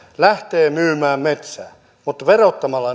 lähtevät myymään metsää mutta verottamalla